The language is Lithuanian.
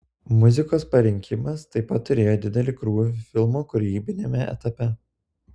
muzikos parinkimas taip pat turėjo didelį krūvį filmo kūrybiniame etape